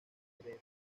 lópez